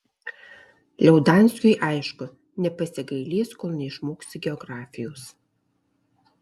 liaudanskiui aišku nepasigailės kol neišmoksi geografijos